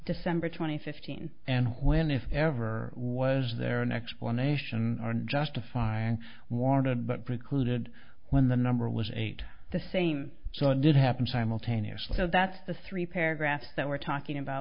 december twenty fifth and when if ever was there an explanation justifying warranted but precluded when the number was eight the same so it did happen simultaneously so that's the three paragraphs that we're talking about